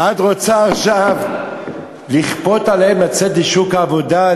ואת רוצה עכשיו לכפות עליהן לצאת לשוק העבודה,